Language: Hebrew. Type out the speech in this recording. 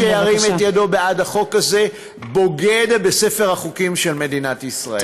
מי שירים את ידו בעד החוק הזה בוגד בספר החוקים של מדינת ישראל.